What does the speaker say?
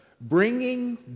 bringing